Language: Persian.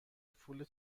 پول